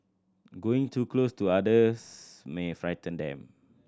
going too close to others may frighten them